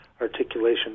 articulation